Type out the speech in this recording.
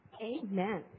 Amen